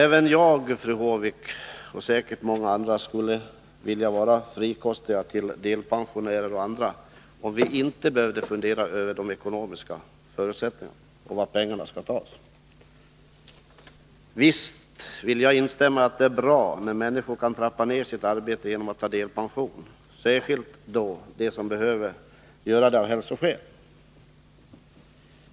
Även jag, fru Håvik, och säkerligen många andra skulle vilja vara frikostiga mot delpensionärer och andra, om vi inte behövde fundera över de ekonomiska förutsättningarna och var pengarna skall tas. Visst vill jag instämma i att det är bra att människor kan trappa ned sitt arbete genom att ta delpension, särskilt de fom behöver göra det av hälsoskäl.